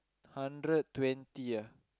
hundred twenty ah